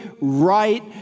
right